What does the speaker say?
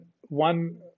one